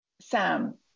Sam